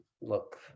look